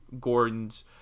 Gordon's